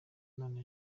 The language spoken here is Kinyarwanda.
none